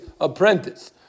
apprentice